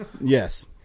Yes